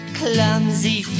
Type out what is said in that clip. clumsy